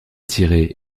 tirer